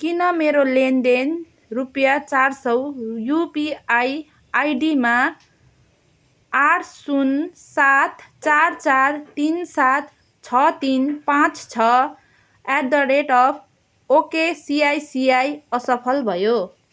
किन मेरो लेनदेन रुपियाँ चार सौ युपिआइ आइडीमा आठ सुन सात चार चार तिन सात छ तिन पाँच छ एटदरेटअफ् ओके सिआइसिआई असफल भयो